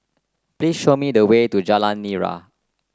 please show me the way to Jalan Nira